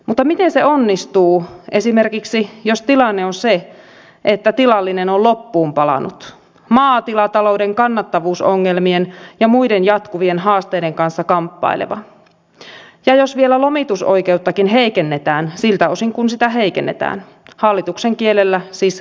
mutta miten se onnistuu esimerkiksi jos tilanne on se että tilallinen on loppuun palanut maatilatalouden kannattavuusongelmien ja muiden jatkuvien haasteiden kanssa kamppaileva ja jos vielä lomitusoikeuttakin heikennetään siltä osin kuin sitä heikennetään hallituksen kielellä siis rajataan